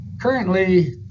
Currently